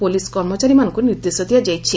police କର୍ମଚାରୀମାନେ ନିର୍ଦ୍ଦେଶ ଦିଆଯାଇଛି